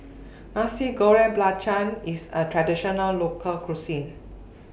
Nasi Goreng Belacan IS A Traditional Local Cuisine